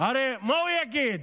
הרי מה הוא יגיד?